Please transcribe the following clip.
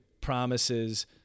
promises